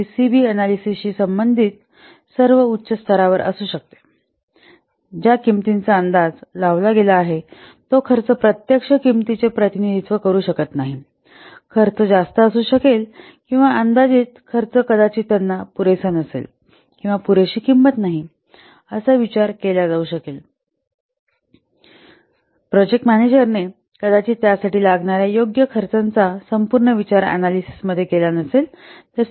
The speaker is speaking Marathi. जी सी बी अन्यालीसीसशी संबंधित खर्च उच्च स्थरावर असू शकतो ज्या किंमतीचा अंदाज लावला गेला आहे तो खर्च प्रत्यक्ष किंमतीचे प्रतिनिधित्व करू शकत नाही खर्च जास्त असू शकेल किंवा अंदाजित खर्च कदाचित त्यांना पुरेसा नसेल किंवा पुरेशी किंमत नाही असा विचार केला जाऊ शकेल प्रोजेक्ट मॅनेजरने कदाचित त्यासाठी लागणाऱ्या योग्य त्या खर्चाचा विचार संपूर्ण अनॅलिसिस मध्ये केला नसेल